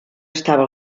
estava